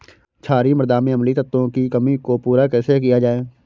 क्षारीए मृदा में अम्लीय तत्वों की कमी को पूरा कैसे किया जाए?